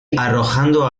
arrojando